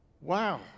Wow